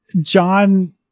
John